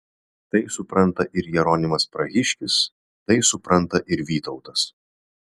tai supranta ir jeronimas prahiškis tai supranta ir vytautas